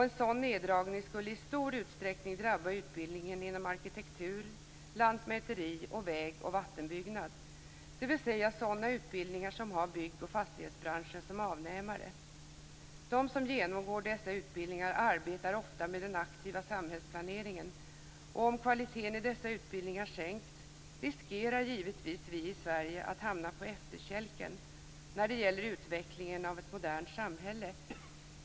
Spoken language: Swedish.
En sådan neddragning skulle i stor utsträckning drabba utbildningen inom arkitektur, lantmäteri samt väg och vattenbyggnad, dvs. sådana utbildningar som har bygg och fastighetsbranschen som avnämare. De som genomgår dessa utbildningar arbetar ofta med den aktiva samhällsplaneringen, och om kvaliteten i dessa utbildningar sänks riskerar givetvis vi i Sverige att hamna på efterkälken när det gäller utvecklingen av ett modernt samhälle.